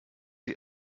die